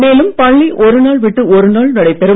மேலும் பள்ளி ஒருநாள் விட்டு ஒருநாள் நடைபெறும்